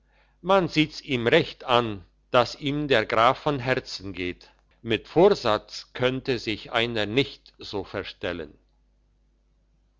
man sieht's ihm recht an dass ihm der graf von herzen geht mit vorsatz könnte sich einer nicht so verstellen